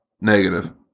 negative